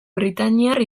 britainiar